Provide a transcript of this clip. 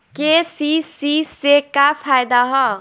KCC से का फायदा ह?